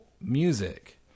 Music